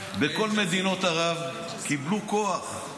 בכל מדינות ערב, קיבלו כוח,